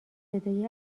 صدای